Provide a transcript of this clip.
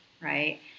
right